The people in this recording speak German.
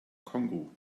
kongo